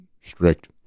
strict